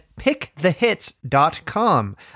pickthehits.com